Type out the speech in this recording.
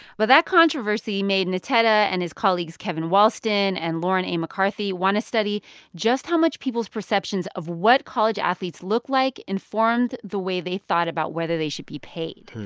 but that controversy made nteta and his colleagues kevin walston and lauren a. mccarthy want to study just how much people's perceptions of what college athletes look like informed the way they thought about whether they should be paid.